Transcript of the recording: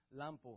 lampo